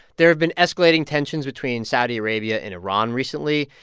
there have been escalating tensions between saudi arabia and iran recently,